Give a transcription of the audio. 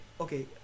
okay